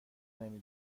نمی